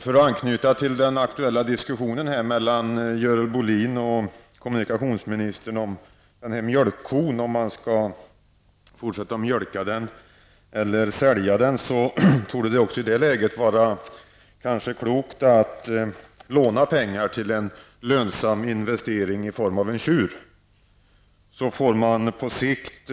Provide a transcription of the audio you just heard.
För att anknyta till den aktuella diskussionen mellan Görel Bohlin och kommunikationsministern om huruvida man skall fortsätta att mjölka kon eller sälja den, torde det kanske vara klokt att i det läget låna pengar till en lönsam investering i form av en tjur. Då får man på sikt